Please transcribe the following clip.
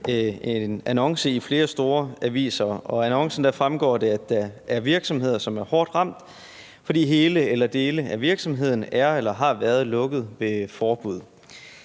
en annonce i flere store aviser. Af annoncen fremgik det, at der er virksomheder, som er hårdt ramt, fordi hele eller dele af virksomheden er eller har været lukket ved forbud.